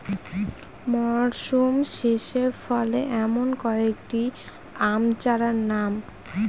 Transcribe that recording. মরশুম শেষে ফলে এমন কয়েক টি আম চারার নাম?